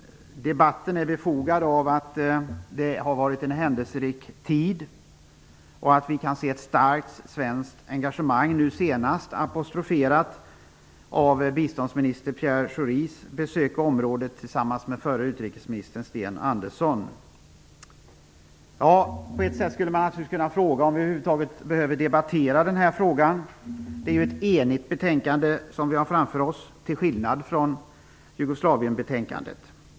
Debatten är befogad av att det har varit en händelserik tid. Vi kan se ett starkt svenskt engagemang, nu senast apostroferat av biståndsminister Pierre Schoris besök i området tillsammans med förre utrikesministern Sten Andersson. Man skulle naturligtvis kunna fråga om vi över huvud taget behöver debattera denna fråga. Det är ett enigt betänkande vi har framför oss, till skillnad från Jugoslavienbetänkandet.